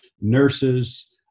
nurses